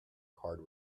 card